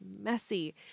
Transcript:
messy